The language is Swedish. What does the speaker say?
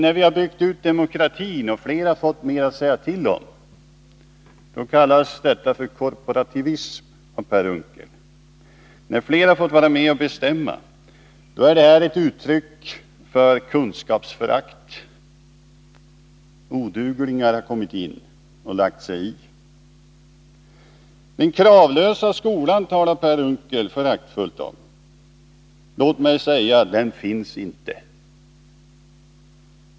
När vi har byggt ut demokratin och flera har fått mera att säga till om, kallas detta för korporativism av Per Unckel. När flera får vara med och bestämma, är det ett uttryck för kunskapsförakt. Oduglingar har kommit in och lagt sig i. ”Den kravlösa skolan” talar Per Unckel föraktfullt om. Låt mig säga: Den finns inte.